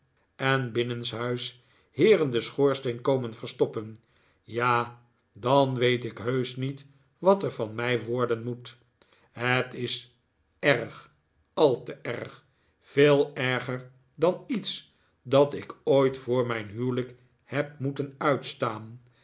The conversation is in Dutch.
en binnenshuis heeren den schoorsteen komen verstoppen ja dan weet ik heusch niet wat er van mij worden moet het is erg al te erg veel erger dan iets dat ik ooit voor mijn huwelijk heb moeten uitstaan